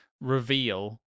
reveal